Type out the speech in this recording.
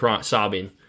sobbing